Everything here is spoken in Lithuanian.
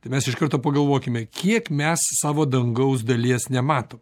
tai mes iš karto pagalvokime kiek mes savo dangaus dalies nematom